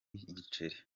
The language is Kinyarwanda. igiceri